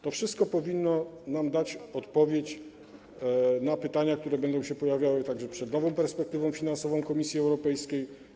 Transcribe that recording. To wszystko powinno nam dać odpowiedź na pytania, które będą się pojawiały także przed nową perspektywą finansową Komisji Europejskiej.